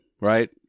right